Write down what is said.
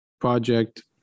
project